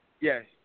Yes